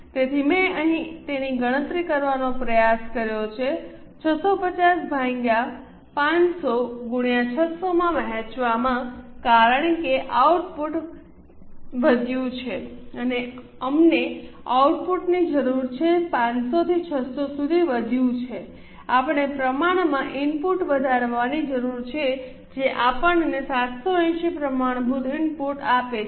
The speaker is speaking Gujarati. તેથી મેં અહીં તેની ગણતરી કરવાનો પ્રયાસ કર્યો છે 650 ભાગ્યા 500 ગુણ્યા 600 માં વહેંચવામાં કારણ કે આઉટપુટ વધ્યું છે અમને આઉટપુટની જરૂર છે 500 થી 600 સુધી વધ્યું છે આપણને પ્રમાણમાં ઇનપુટ વધારવાની જરૂર છે જે આપણને 780 પ્રમાણભૂત ઇનપુટ આપે છે